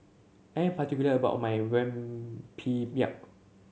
I am particular about my Rempeyek